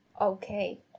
Okay